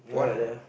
yeah like that ah